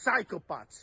psychopaths